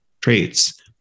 traits